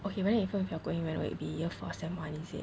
okay but even if you're going when will it be year four sem one is it